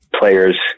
players